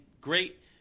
great